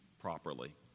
properly